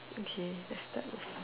okay let's start